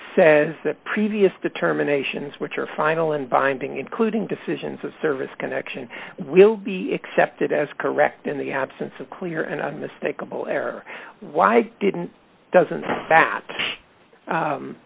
says that previous determinations which are final and binding including decisions of service connection will be excepted as correct in the absence of clear and unmistakable air why didn't doesn't that